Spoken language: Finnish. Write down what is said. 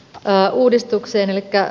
rahaa uudistukseen ja